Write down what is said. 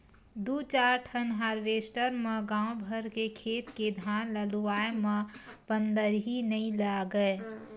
दू चार ठन हारवेस्टर म गाँव भर के खेत के धान ल लुवाए म पंदरही नइ लागय